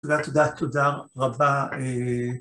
‫תודה, תודה, תודה רבה.